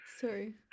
Sorry